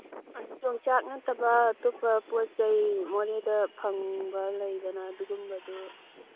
ꯑꯗꯨ ꯌꯣꯡꯆꯥꯛ ꯅꯠꯇꯕ ꯑꯇꯣꯞꯄ ꯄꯣꯠ ꯆꯩ ꯃꯣꯔꯦꯗ ꯐꯪꯕ ꯂꯩꯗꯅ ꯑꯗꯨꯒꯨꯝꯕꯗꯨ